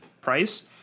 price